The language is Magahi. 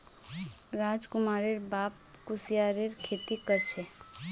राजकुमारेर बाप कुस्यारेर खेती कर छे